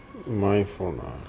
my phone number ah